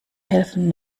helfen